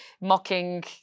mocking